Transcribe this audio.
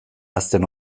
ahazten